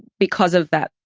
because of that,